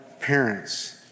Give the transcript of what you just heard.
parents